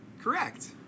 Correct